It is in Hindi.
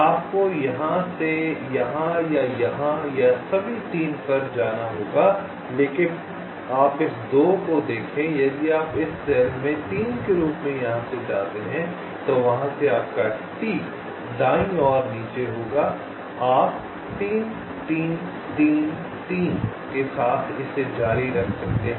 आपको यहां या यहां या सभी 3 पर जाना होगा लेकिन आप इस 2 को देखें यदि आप इस सेल में 3 के रूप में यहां से जाते हैं तो वहां से आपका T दाईं और नीचे होगा आप 3 3 3 3 के साथ इसे जारी रख सकते हैं